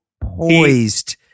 poised